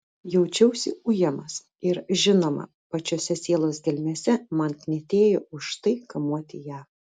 jaučiausi ujamas ir žinoma pačiose sielos gelmėse man knietėjo už tai kamuoti ją